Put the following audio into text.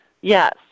Yes